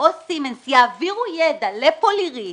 או "סימנס" יעבירו ידע ל"פולירית"